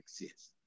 exist